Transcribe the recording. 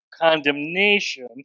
condemnation